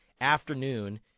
afternoon